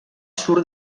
surt